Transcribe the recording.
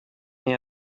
the